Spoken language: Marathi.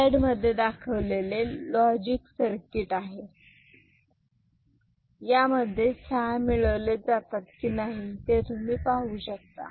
स्लाइडमध्ये दाखविलेले लॉजिक सर्किट आहे यामध्ये सहा मिळवले जातात की नाही ते तुम्ही पाहू शकता